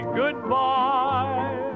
goodbye